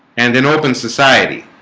and an open society